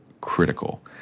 critical